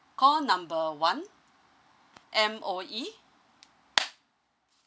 call number one M_O_E